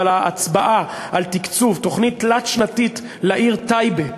אבל ההצבעה על תקצוב תוכנית תלת-שנתית לעיר טייבה,